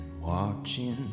watching